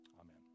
Amen